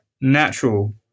natural